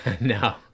No